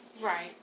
Right